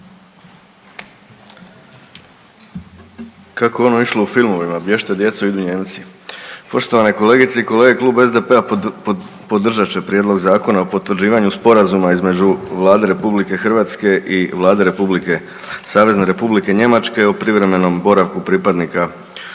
Kako je ono išlo u filmovima, bjež'te djeco, idu Nijemci. Poštovane kolegice i kolege, Klub SDP-a podržat će Prijedlog Zakona o potvrđivanju sporazuma između Vlade RH i Vlade republike, SR Njemačke o privremenom boravku pripadnika OS-a